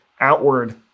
outward